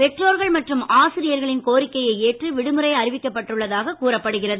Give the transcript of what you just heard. பெற்றோர்கள் மற்றும் ஆசிரியர்களின் கோரிக்கையை ஏற்று விடுமுறை அறிவிக்கப்பட்டுள்ளதாக கூறப்படுகிறது